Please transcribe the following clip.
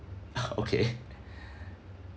okay